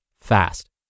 fast